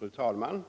Fru talman!